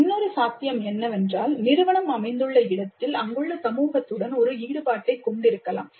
இன்னொரு சாத்தியம் என்னவென்றால் நிறுவனம் அமைந்துள்ள இடத்தில் அங்குள்ள சமூகத்துடன் ஒரு ஈடுபாட்டைக் கொண்டிருக்கலாம்